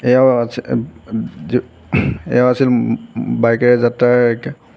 এয়াও এয়া আছিল বাইকেৰে যাত্ৰাৰ